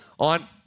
on